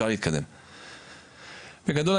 בגדול,